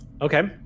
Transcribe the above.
okay